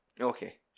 okay